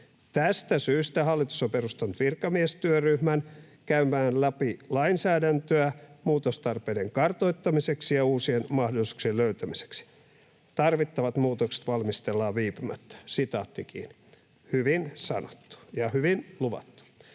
Tästä syystä hallitus on perustanut virkamiestyöryhmän käymään läpi lainsäädäntöä muutostarpeiden kartoittamiseksi ja uusien mahdollisuuksien löytämiseksi. Tarvittavat muutokset valmistellaan viipymättä.” Hyvin sanottu ja hyvin luvattu.